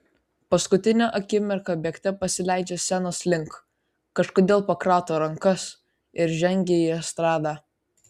paskutinę akimirką bėgte pasileidžia scenos link kažkodėl pakrato rankas ir žengia į estradą